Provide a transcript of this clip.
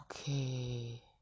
Okay